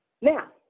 Now